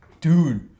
dude